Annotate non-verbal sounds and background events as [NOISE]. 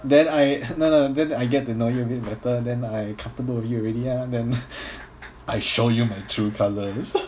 then I no no then I get to know you a bit better then I comfortable with you already ah then [BREATH] I show you my true colours